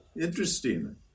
interesting